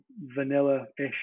vanilla-ish